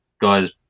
guys